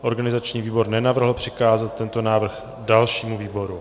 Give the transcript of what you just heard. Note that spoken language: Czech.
Organizační výbor nenavrhl přikázat tento návrh dalšímu výboru.